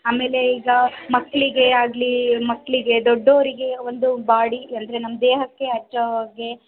ಆಮೇಲೆ ಈಗ ಮಕ್ಕಳಿಗೆ ಆಗಲಿ ಮಕ್ಕಳಿಗೆ ದೊಡ್ಡೋರಿಗೆ ಒಂದು ಬಾಡಿ ಅಂದರೆ ನಮ್ಮ ದೇಹಕ್ಕೆ ಹಚ್ಚೋ ಹಾಗೆ